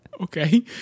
Okay